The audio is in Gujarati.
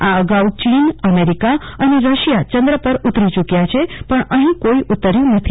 આ અગાઉ ચીન અમેરિકા અને રશિયા ચંદ્ર પર ઉતરી ચૂક્યા છે પણ અફીં કોઈ ઊતર્યું નથી